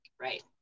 right